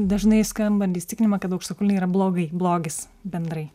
dažnai skambantį įsitikinimą kad aukštakulniai yra blogai blogis bendrai